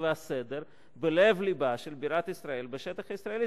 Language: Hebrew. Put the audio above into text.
והסדר בלב-לבה של בירת ישראל בשטח ישראלי.